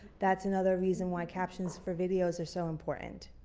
that's another reason why captions for videos are so important.